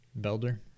Belder